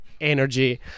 energy